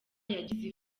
yagize